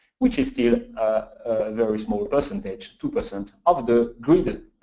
which is still a very small percentage, two percent, of the grid,